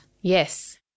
Yes